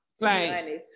Right